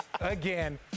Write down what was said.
again